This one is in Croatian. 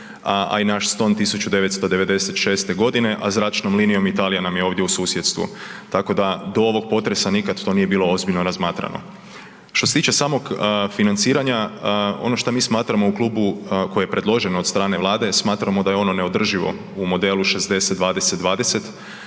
a i naš Ston 1996. godine, a zračnom linijom Italija nam je ovdje u susjedstvu, tako da do ovog potresa nikad to nije bilo ozbiljno razmatrano. Što se tiče samog financiranja ono što mi smatramo u klubu, koji je predložen od stane Vlade smatramo da je ono neodrživo u modelu 60, 20,